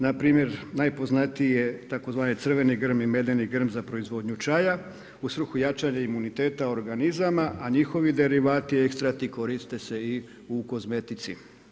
Na primjer najpoznatiji tzv. crveni grm i medeni grm za proizvodnju čaja u svrhu jačanja imuniteta organizama, a njihovi derivati i ekstrakti koriste se i u kozmetici.